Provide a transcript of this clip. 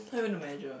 how you want to measure